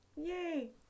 Yay